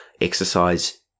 Exercise